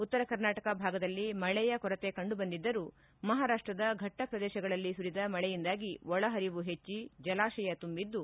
ಉತ್ತರ ಕರ್ನಾಟಕ ಭಾಗದಲ್ಲಿ ಮಳೆಯ ಕೊರತೆ ಕಂಡುಬಂದಿದ್ದರೂ ಮಹಾರಾಷ್ಟದ ಫಟ್ಟ ಪ್ರದೇಶಗಳಲ್ಲಿ ಸುರಿದ ಮಳೆಯಿಂದಾಗಿ ಒಳಪರಿವು ಹೆಚ್ಚಿ ಜಲಾಶಯ ತುಂಬಿದ್ದು